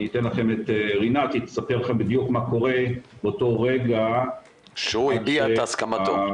כאן רינת תספר לכם בדיוק מה קורה באותו רגע --- שהוא הביע את הסכמתו.